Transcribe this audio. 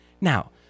Now